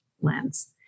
lens